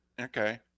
Okay